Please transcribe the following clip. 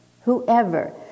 whoever